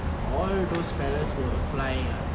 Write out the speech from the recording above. all those fellows who apply ah